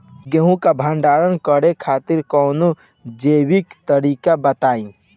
गेहूँ क भंडारण करे खातिर कवनो जैविक तरीका बताईं?